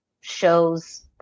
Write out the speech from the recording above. shows